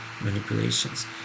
manipulations